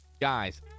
guys